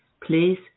please